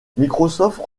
microsoft